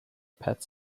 pet